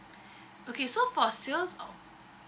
okay so for sales